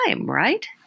right